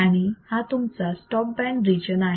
आणि हा तुमचा स्टॉप बँड रिजन आहे